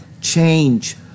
change